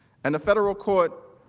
and the federal court